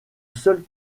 seul